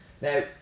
now